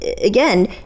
again